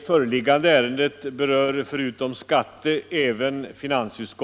Herr talman!